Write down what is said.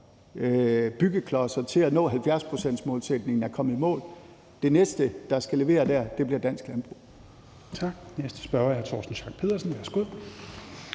byggeklodser have det til at nå 70-procentsmålsætningen og komme i mål. De næste, der skal levere der, bliver dansk landbrug.